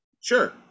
Sure